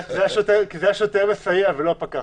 כי זה היה שוטר מסייע ולא הפקח.